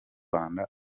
rwanda